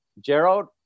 Gerald